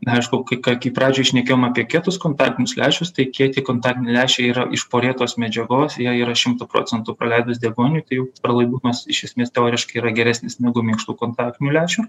neaišku ka kai pradžioj šnekėjom apie kietus kontaktinius lęšius tai kieti kontaktiniai lęšiai yra iš porėtos medžiagos jie yra šimtu procentų praleidūs deguoniui tai jų pralaidumas iš esmės teoriškai yra geresnis negu minkštų kontaktinių lęšių